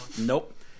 Nope